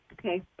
Okay